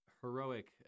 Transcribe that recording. heroic